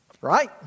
Right